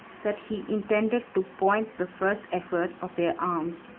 that he intended to point the first effort of their arms.